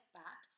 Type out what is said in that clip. back